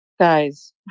guys